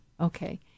Okay